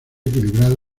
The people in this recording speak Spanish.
equilibrado